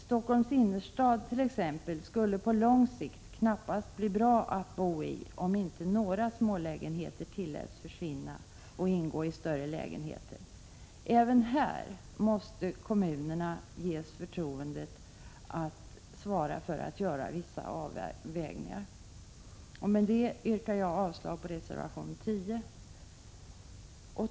Stockholms innerstad skulle t.ex. på lång sikt knappast bli bra att bo i om inte några smålägenheter tilläts försvinna och ingå i större lägenheter. Även här måste kommunerna ges förtroendet att svara för vissa avvägningar. Med detta yrkar jag avslag på reservation 10.